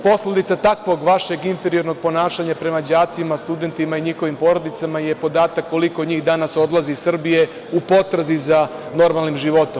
Posledica takvog vašeg inferiornog ponašanja prema đacima, studentima i njihovim porodicama je podatak koliko njih danas odlazi iz Srbije za normalnim životom.